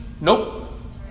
Nope